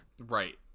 Right